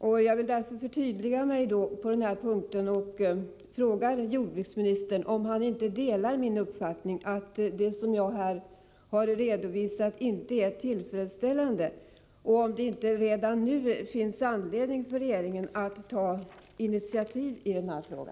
Jag vill därför förtydliga mig på denna punkt och fråga jordbruksministern om han inte delar min uppfattning att det förhållande jag här redovisat inte är tillfredsställande och om det inte redan nu finns anledning för regeringen att ta initiativ i denna fråga.